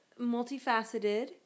multifaceted